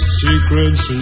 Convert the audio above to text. secrets